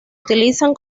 utilizan